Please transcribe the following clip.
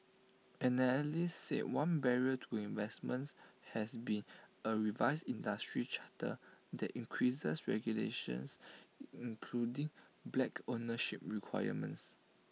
analysts say one barrier to investments has been A revised industry charter that increases regulations including black ownership requirements